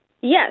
Yes